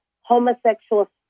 homosexual